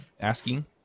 asking